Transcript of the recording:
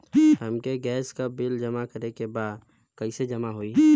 हमके गैस के बिल जमा करे के बा कैसे जमा होई?